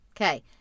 Okay